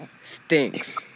stinks